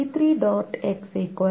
X t4